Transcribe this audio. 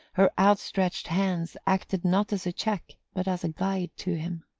her outstretched hands acted not as a check but as a guide to him.